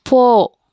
போ